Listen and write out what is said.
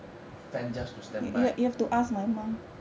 fan just to standby